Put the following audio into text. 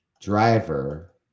driver